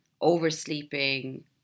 oversleeping